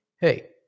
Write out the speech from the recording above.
hey